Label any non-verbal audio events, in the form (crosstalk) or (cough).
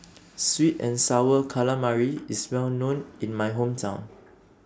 (noise) Sweet and Sour Calamari IS Well known in My Hometown